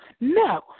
no